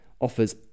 offers